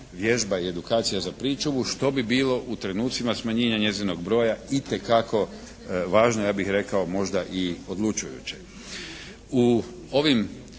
vježba i edukacija za pričuvu što bi bilo u trenucima smanjenja njezinog broja itekako važna, ja bih rekao možda i odlučujuće. U ovim